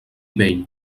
vell